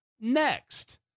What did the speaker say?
next